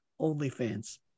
OnlyFans